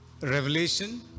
Revelation